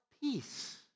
peace